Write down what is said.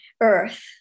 earth